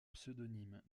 pseudonymes